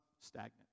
stagnant